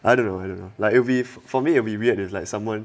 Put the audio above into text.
I don't know I don't know like if if for me it'll be weird is like someone